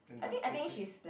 and the place eh